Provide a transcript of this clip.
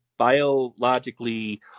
biologically